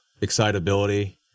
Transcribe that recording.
excitability